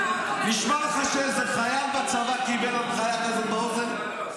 נשמע לך שאיזה חייל בצבא קיבל הנחיה כזאת באוזן?